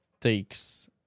takes